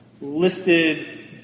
listed